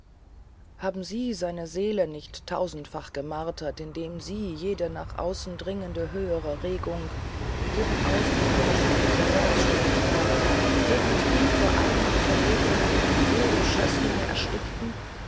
haben sie seine seele nicht tausendfach gemartert indem sie jede nach außen dringende höhere regung jeden ausdruck einer sittlichen selbständigkeit jeden trieb zu eigener veredelung wie wilde schößlinge erstickten